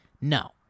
No